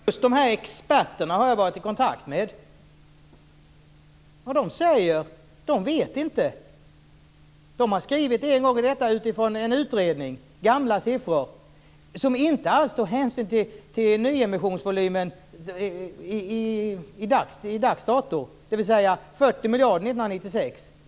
Herr talman! Just dessa experter har jag varit i kontakt med. De säger att de inte vet. De har en gång skrivit detta utifrån en utredning - gamla siffror som inte alls tog hänsyn till nyemissionsvolymen till dags dato, dvs. 40 miljarder kronor 1996.